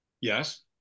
Yes